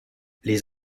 les